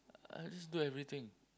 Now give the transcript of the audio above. I just do everything